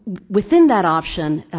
within that option,